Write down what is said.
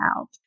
out